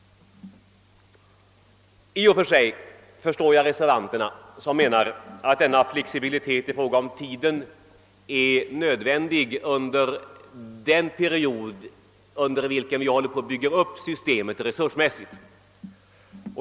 I och för sig förstår jag reservanterna, som menar att denna flexibilitet i fråga om tiden är nödvändig under den period då vi håller på att bygga upp systemet resursmässigt.